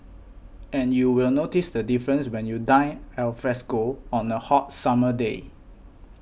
and you will notice the difference when you dine alfresco on a hot summer day